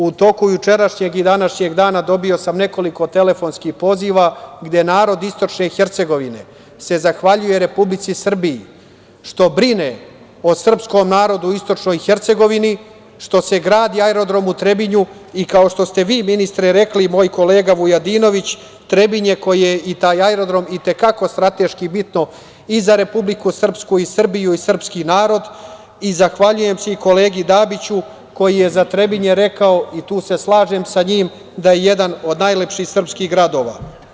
U toku jučerašnjeg i današnjeg dana dobio sam nekoliko telefonskih poziva gde narod istočne Hercegovine se zahvaljuje Republici Srbiji što brine o srpskom narodu u istočnoj Hercegovini, što se gradi aerodrom u Trebinju, kao što ste vi, ministre, rekli i moj kolega Vujadinović, Trebinje koje i taj aerodrom i te kako strateški bitan i za Republiku Srpsku i Srbiju i srpski narod i zahvaljujem se i kolegi Dabiću koji je za Trebinje rekao, i tu se slažem sa njim, da je jedan od najlepših srpskih gradova.